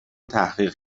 تحقیق